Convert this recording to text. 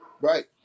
right